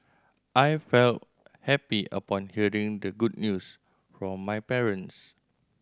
I felt happy upon hearing the good news from my parents